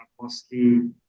mostly